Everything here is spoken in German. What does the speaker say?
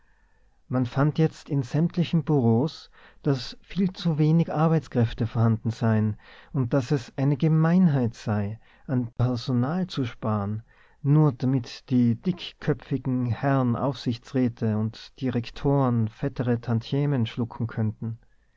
man fand jetzt in sämtlichen bureaus daß viel zu wenig arbeitskräfte vorhanden seien und daß es eine gemeinheit sei an personal zu sparen nur damit die dickköpfigen herren aufsichtsräte und direktoren fettere tantiemen schlucken könnten